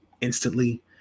instantly